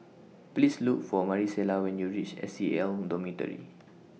Please Look For Marisela when YOU REACH S C A L Dormitory